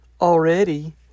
already